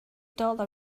dollar